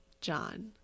John